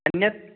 अन्यत्